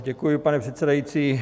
Děkuji, pane předsedající.